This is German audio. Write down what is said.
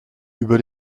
über